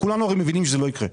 כולנו הרי מבינים שזה לא יקרה.